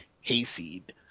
hayseed